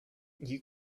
you